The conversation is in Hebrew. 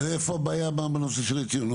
אבל איפה הבעיה בנושא של העצים?